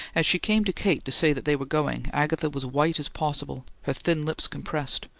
as she came to kate to say that they were going, agatha was white as possible, her thin lips compressed,